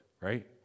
right